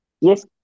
Yes